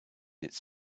its